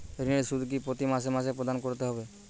ঋণের সুদ কি প্রতি মাসে মাসে প্রদান করতে হবে?